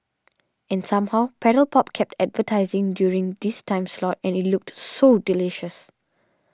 and somehow Paddle Pop kept advertising during this time slot and it looked so delicious